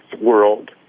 world